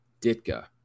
Ditka